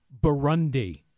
Burundi